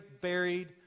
buried